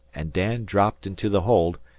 and dan dropped into the hold,